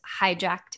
hijacked